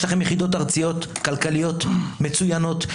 יש לכם יחידות ארציות כלכליות מצוינות,